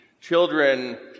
children